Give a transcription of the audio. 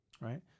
right